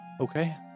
Okay